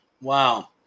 Wow